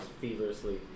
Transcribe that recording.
feverishly